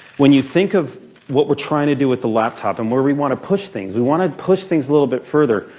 when you think of what we're trying to do with the laptop and where we want to push things. we want to push things a little bit further.